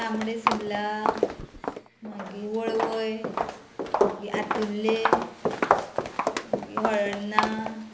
तांबडे सुला मागीर वळवय मागीर आतुल्ले मागीर हळदना